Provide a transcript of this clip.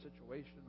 situation